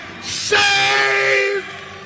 save